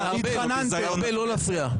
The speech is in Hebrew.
ארבל, לא להפריע.